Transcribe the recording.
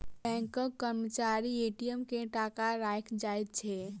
बैंकक कर्मचारी ए.टी.एम मे टाका राइख जाइत छै